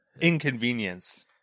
inconvenience